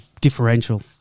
differential